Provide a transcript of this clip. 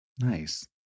Nice